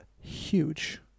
huge